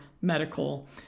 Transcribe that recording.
medical